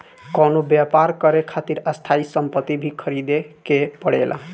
कवनो व्यापर करे खातिर स्थायी सम्पति भी ख़रीदे के पड़ेला